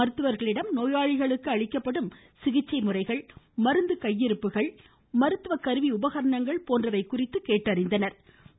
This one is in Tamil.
மருத்துவர்களிடம் நோயாளிகளுக்கு அளிக்கப்படும் சிகிச்சை முறைகள் மருந்து கையிருப்புகள் மருத்துவ கருவி உபகரணங்கள் ஆகியவை குறித்து கேட்டறிந்தார்